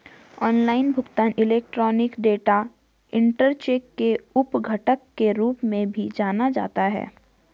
online भुगतान electronic data interchange के उप घटक के रूप में भी जाना जाता है